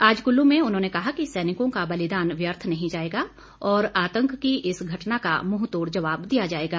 आज कुल्लू में उन्होंने कहा कि सैनिकों का बलिदान व्यर्थ नहीं जाएगा और आतंक की इस घटना का मुंहतोड़ जवाब दिया जाएगा